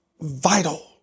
vital